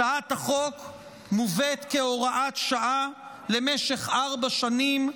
הצעת החוק מובאת כהוראת שעה למשך ארבע שנים,